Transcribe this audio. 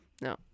No